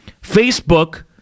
Facebook